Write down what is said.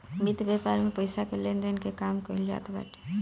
वित्त व्यापार में पईसा के लेन देन के काम कईल जात बाटे